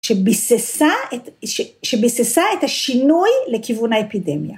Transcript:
‫שבססה את השינוי לכיוון האפידמיה.